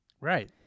Right